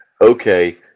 okay